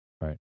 right